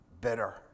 bitter